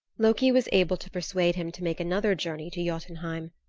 loki was able to persuade him to make another journey to jotunheim.